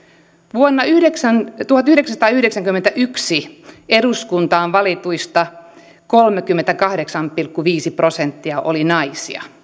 vuonna tuhatyhdeksänsataayhdeksänkymmentäyksi eduskuntaan valituista kolmekymmentäkahdeksan pilkku viisi prosenttia oli naisia